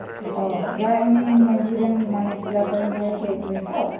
ᱚ ᱡᱟᱦᱟᱸᱭ ᱩᱱᱤ ᱢᱟᱺᱡᱷᱤᱨᱮᱱ ᱢᱟᱱᱮ ᱴᱚᱞᱟ ᱠᱚᱨᱮᱱ ᱡᱟᱦᱟᱸᱭ ᱦᱮᱰ ᱩᱱᱤᱛᱚ